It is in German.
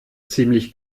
ziemlich